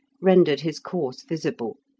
rendered his course visible.